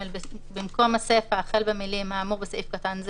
יש פה הכבדה, בצו הזה.